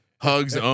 hugs